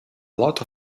lot